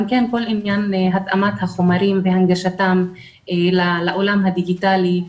גם כל עניין התאמת החומרים והנגשתם לעולם הדיגיטלי,